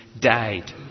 died